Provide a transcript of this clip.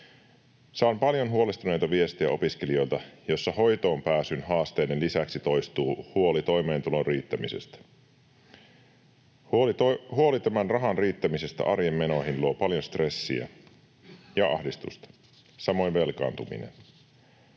paljon huolestuneita viestejä, joissa hoitoonpääsyn haasteiden lisäksi toistuu huoli toimeentulon riittämisestä. Huoli tämän rahan riittämisestä arjen menoihin luo paljon stressiä ja ahdistusta, samoin velkaantuminen.